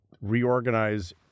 reorganize